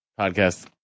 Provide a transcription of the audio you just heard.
podcast